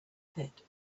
pit